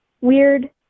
weird